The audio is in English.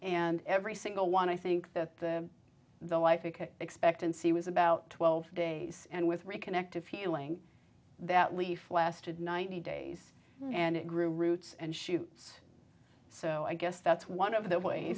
and every single one i think the the life expectancy was about twelve days and with reconnect a feeling that leaf lasted ninety days and it grew roots and shoots so i guess that's one of the